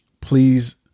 please